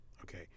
okay